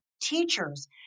teachers